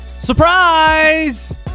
Surprise